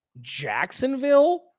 Jacksonville